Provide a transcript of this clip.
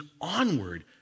onward